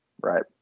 right